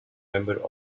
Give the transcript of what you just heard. member